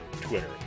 Twitter